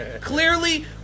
Clearly